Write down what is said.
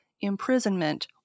imprisonment